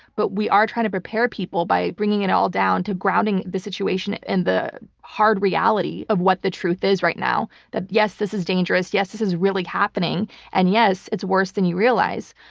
but we are trying to prepare people by bringing it all down to grounding the situation in the hard reality of what the truth is right now, that yes, this is dangerous yes, this is really happening and yes, it's worse than you realize.